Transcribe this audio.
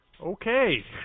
Okay